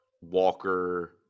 Walker